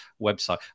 website